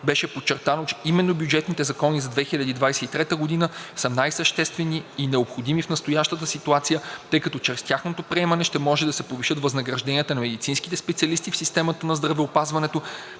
Беше подчертано, че именно бюджетните закони за 2023 г. са най-съществени и необходими в настоящата ситуация, тъй като чрез тяхното приемане ще може да се повишат възнагражденията на медицинските специалисти в системата на здравеопазването,